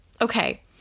Okay